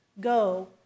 go